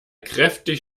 kräftig